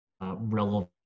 relevant